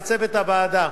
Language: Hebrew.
לצוות הוועדה,